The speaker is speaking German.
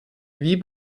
wie